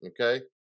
okay